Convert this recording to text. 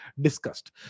discussed